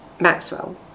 Maxwell